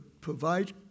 provide